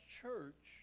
church